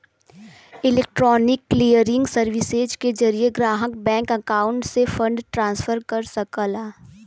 electronic clearing services के जरिये ग्राहक बैंक अकाउंट से फंड ट्रांसफर कर सकला